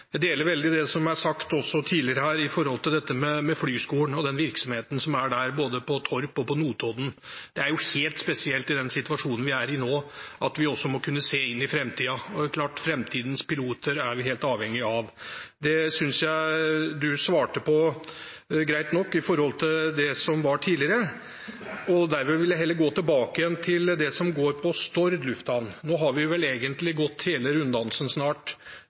som er sagt også tidligere her når det gjelder dette med flyskolen og den virksomheten som er der, både på Torp og på Notodden. Det er helt spesielt i den situasjonen vi er i nå, at vi også må kunne se inn i framtiden. Det er klart at framtidens piloter er vi helt avhengige av. Det synes jeg du svarte på greit nok, med tanke på det som var tidligere, og dermed vil jeg heller gå tilbake igjen til Stord lufthavn. Nå har vi vel egentlig snart gått